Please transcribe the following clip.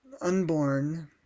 unborn